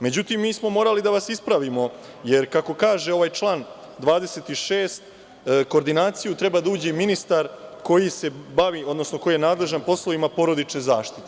Međutim, mi smo morali da vas ispravimo, jer kako kaže ovaj član 26. u koordinaciju treba da uđe i ministar koji se bavi, odnosno koji je nadležan poslovima porodične zaštite.